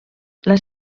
seva